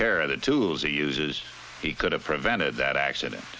care of the tools i use is he could have prevented that accident